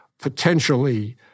potentially